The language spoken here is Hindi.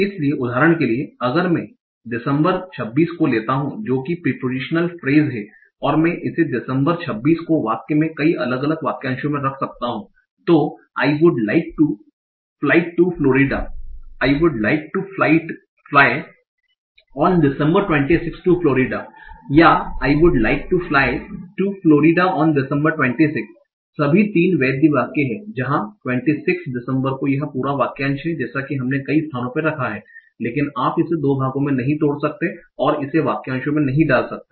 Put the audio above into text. इसलिए उदाहरण के लिए अगर मैं दिसंबर 26 को लेता हूं जो कि प्रिपोजीशनल फ्रेस है और मैं इसे दिसंबर 26 को वाक्य में कई अलग अलग वाक्यांशों में रख सकता हूं तो I would like to fly to Florida I would like to fly on December 26 to Florida या I would like to fly to Florida on December 26 सभी 3 वैध वाक्य हैं जहां 26 दिसंबर को यह पूरा वाक्यांश है जैसा कि हमने कई स्थानों पर रखा है लेकिन आप इसे 2 भागों में नहीं तोड़ सकते हैं और इसे वाक्यांशों में नहीं डाल सकते हैं